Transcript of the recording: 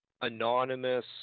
anonymous